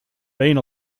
being